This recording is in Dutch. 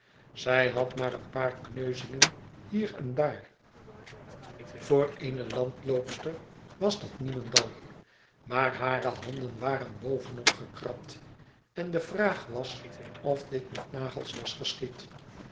zij had maar een paar kneuzingen hier en daar voor eene landloopster was dat niemendal maar hare handen waren bovenop gekrabd en de vraag was of dit met nagels was geschied